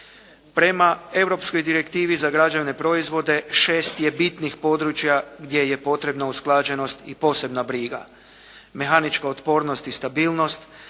Prema europskoj direktivi za građevne proizvode 6 je bitnih područja gdje je potrebna usklađenost i posebna briga, mehanička otpornost i stabilnost,